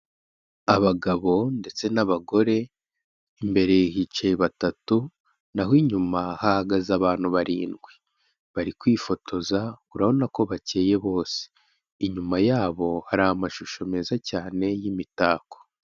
Abagabo ndetse n'abagore, imbere hicaye batatu, naho inyuma hahagaze abantu barindwi, bari kwifotoza urabona ko bakeyeye bose, inyuma yabo hari amashusho meza cyane y'imitako.